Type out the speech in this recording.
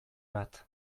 bat